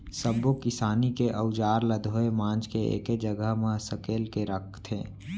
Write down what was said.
सब्बो किसानी के अउजार ल धोए मांज के एके जघा म सकेल के राखथे